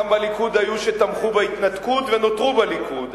גם בליכוד היו כאלה שתמכו בהתנתקות ונותרו בליכוד,